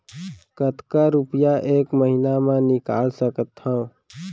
कतका रुपिया एक महीना म निकाल सकथव?